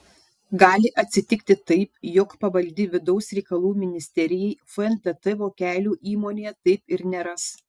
gali atsitikti taip jog pavaldi vidaus reikalų ministerijai fntt vokelių įmonėje taip ir neras